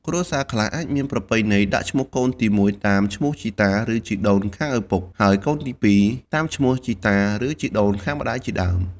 គ្រួសារខ្លះអាចមានប្រពៃណីដាក់ឈ្មោះកូនទីមួយតាមឈ្មោះជីតា ឬជីដូនខាងឪពុក ហើយកូនទីពីរតាមឈ្មោះជីតា ឬជីដូនខាងម្តាយជាដើម។